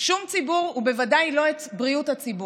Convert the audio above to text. שום ציבור, ובוודאי לא את בריאות הציבור?